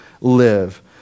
live